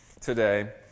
today